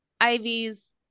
Ivy's